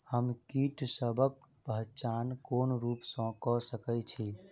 हम कीटसबक पहचान कोन रूप सँ क सके छी?